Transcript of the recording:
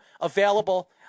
available